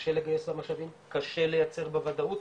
שקשה לגייס בה משאבים, קשה לייצר בה וודאות